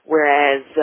Whereas